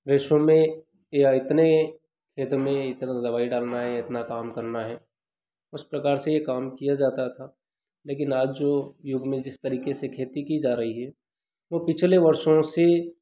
ratio में या इतने खेतो में इतना दवाई डालना हैं इतना काम करना है उस प्रकार से ये काम किया जाता था लेकिन आज जो युग में जिस तरीके से खेती की जा रही है वो पिछले वर्षों से